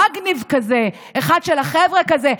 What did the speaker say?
מגניב כזה, אחד של החבר'ה כזה.